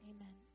Amen